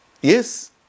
Yes